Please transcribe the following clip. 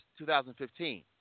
2015